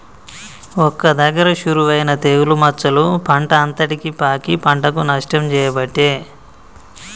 ఒక్క దగ్గర షురువు అయినా తెగులు మచ్చలు పంట అంతటికి పాకి పంటకు నష్టం చేయబట్టే